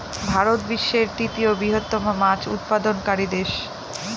ভারত বিশ্বের তৃতীয় বৃহত্তম মাছ উৎপাদনকারী দেশ